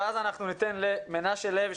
ואז אנחנו ניתן למנשה לוי,